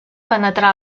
penetrar